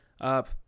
up